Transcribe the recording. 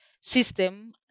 system